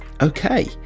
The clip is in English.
okay